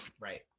Right